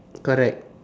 correct